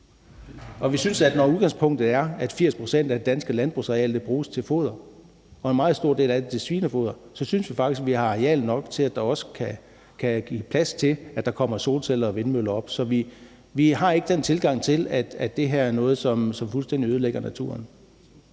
faktisk, at når udgangspunktet er, at 80 pct. af det danske landbrugsareal bruges til foder, og en meget stor del af det til svinefoder, så har vi areal nok til, at der også kan gives plads til, at der kommer solceller og vindmøller op. Så vi har ikke den tilgang til det, at det her er noget, som fuldstændig ødelægger naturen.